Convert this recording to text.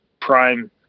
prime